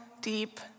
deep